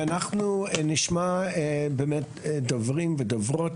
אנחנו נשמע כעת באמת דוברים ודוברות,